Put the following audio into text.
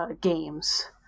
games